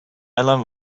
alan